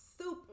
soup